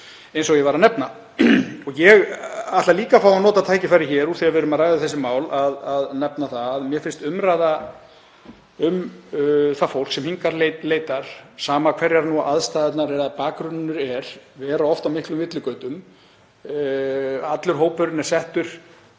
eins og ég var að nefna. Ég ætla líka að fá að nota tækifærið hér úr því að við erum að ræða þessi mál til að nefna að mér finnst umræða um það fólk sem hingað leitar, sama hverjar aðstæðurnar eru eða bakgrunnurinn er, vera oft á miklum villigötum. Allur hópurinn er settur